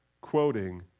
quoting